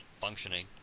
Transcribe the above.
functioning